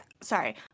Sorry